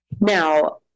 Now